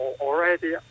already